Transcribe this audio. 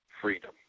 freedom